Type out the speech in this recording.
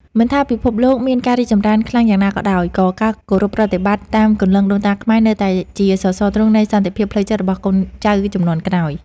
មិនថាពិភពលោកមានការរីកចម្រើនខ្លាំងយ៉ាងណាក៏ដោយ ក៏ការគោរពប្រតិបត្តិតាមគន្លងដូនតាខ្មែរនៅតែជាសរសរទ្រូងនៃសន្តិភាពផ្លូវចិត្តរបស់កូនចៅជំនាន់ក្រោយ។